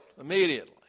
immediately